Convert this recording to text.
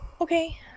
Okay